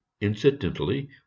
Incidentally